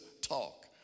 talk